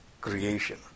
creation